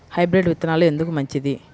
Hybrid విత్తనాలు ఎందుకు మంచిది?